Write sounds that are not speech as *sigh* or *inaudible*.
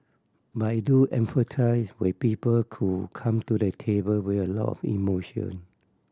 but I do empathise with people *unintelligible* come to the table with a lot of emotion